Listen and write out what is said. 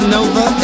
Nova